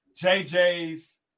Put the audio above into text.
JJ's